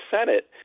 Senate